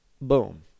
Boom